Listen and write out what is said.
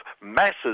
masses